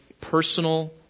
personal